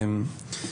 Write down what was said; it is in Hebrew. אוקיי.